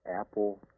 Apple